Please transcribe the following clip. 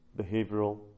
Behavioral